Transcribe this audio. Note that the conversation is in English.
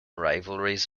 rivalries